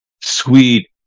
sweet